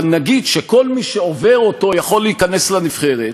אבל נגיד שכל מי שעובר אותו יכול להיכנס לנבחרת,